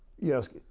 yes,